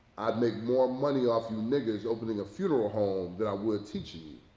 i'd make more money off you niggers opening a funeral home than i would teaching you.